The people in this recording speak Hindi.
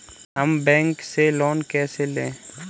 हम बैंक से लोन कैसे लें?